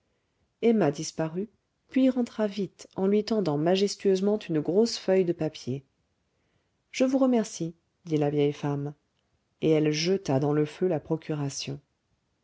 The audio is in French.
emma disparut puis rentra vite en lui tendant majestueusement une grosse feuille de papier je vous remercie dit la vieille femme et elle jeta dans le feu la procuration